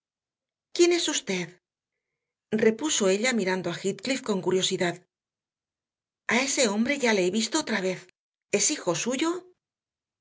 quién es usted repuso ella mirando a heathcliff con curiosidad a ese hombre ya le he visto otra vez es hijo suyo